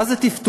מה זה "טפטוף"?